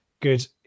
good